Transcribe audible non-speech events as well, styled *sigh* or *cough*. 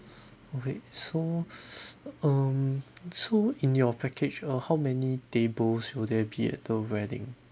okay so *breath* um so in your package uh how many tables will there be at the wedding